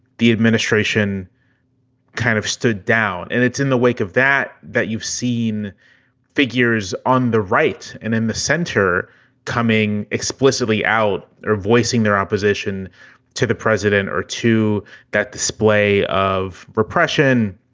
the administration kind of stood down. and it's in the wake of that that you've seen figures on the right and in the center coming explicitly out or voicing their opposition to the president or to that display of repression,